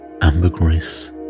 ambergris